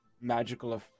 magical